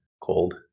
cold